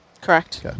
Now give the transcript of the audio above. Correct